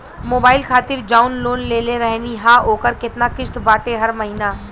Mobile खातिर जाऊन loan लेले रहनी ह ओकर केतना किश्त बाटे हर महिना?